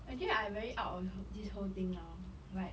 actually I very out of this whole thing now like